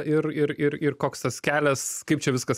ir ir ir ir koks tas kelias kaip čia viskas